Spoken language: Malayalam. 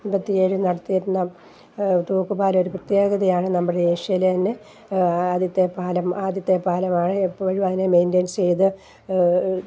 എൺപത്തി ഏഴിൽ നടത്തിയിരുന്ന തൂക്കുപാലം ഒരു പ്രത്യേകതയാണ് നമ്മുടെ ഏഷ്യയിലെ തന്നെ ആദ്യത്തെ പാലം ആദ്യത്തെ പാലമാണ് എപ്പോഴും അതിനെ മെയിൻറനൻസ് ചെയ്ത്